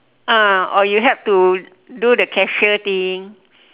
ah or you help to do the cashier thing